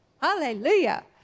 Hallelujah